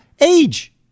age